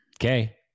Okay